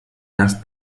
erst